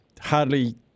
Hardly